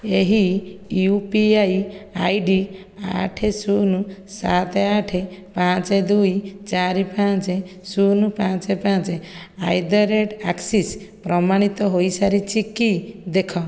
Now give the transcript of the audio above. ଏହି U P I ID ଆଠ ଶୂନ ସାତ ଆଠ ପାଞ୍ଚ ଦୁଇ ଚାରି ପାଞ୍ଚ ଶୂନ ପାଞ୍ଚ ପାଞ୍ଚ ଆଟ୍ ଦ ରେଟ୍ ଆକ୍ସିସ୍ ପ୍ରମାଣିତ ହୋଇସାରିଛି କି ଦେଖ